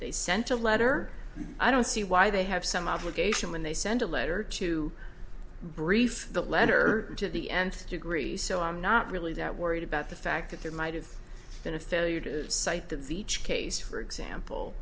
they sent a letter i don't see why they have some obligation when they send a letter to brief the letter to the nth degree so i'm not really that worried about the fact that there might have been a failure to cite that the each case for example